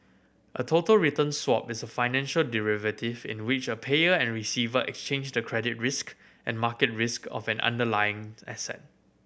a total return swap is a financial derivative in which a payer and receiver exchange the credit risk and market risk of an underlying asset